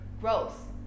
growth